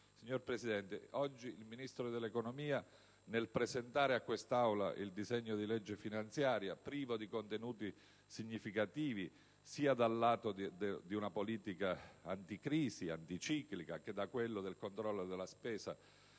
Signor Presidente, oggi il Ministro dell'economia, nel presentare a quest'Aula il disegno di legge finanziaria, privo di contenuti significativi, sia dal lato di una politica anticrisi e anticiclica, che da quello del controllo della spesa